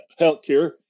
healthcare